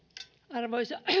arvoisa